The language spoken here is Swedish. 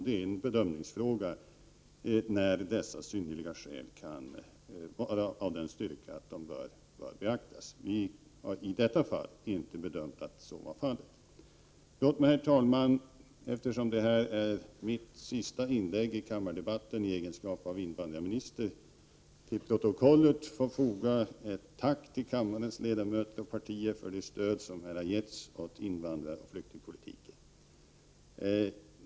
Det är en bedömningsfråga i vilka fall dessa synnerliga skäl kan anses vara av den styrka att de bör beaktas. I detta ärende har vi bedömt att så inte var fallet. Låt mig, herr talman, eftersom detta är mitt sista inlägg i kammardebatten i egenskap av invandrarminister, till protokollet få foga ett tack till kammarens ledamöter och partier för det stöd som här har givits till invandraroch flyktingpolitiken.